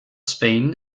spain